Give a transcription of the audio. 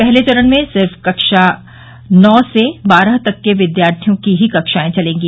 पहले चरण में सिर्फ कक्षा से नौ से बारह तक के विद्यार्थियों की ही कक्षाएं चलेंगी